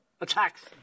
Attacks